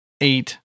eight